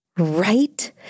right